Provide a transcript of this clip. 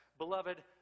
Beloved